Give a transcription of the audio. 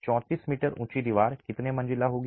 34 metre ऊंची दीवार कितने मंजिला होगी